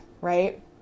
right